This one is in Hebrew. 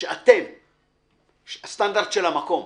של המקום.